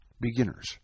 Beginners